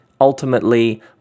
ultimately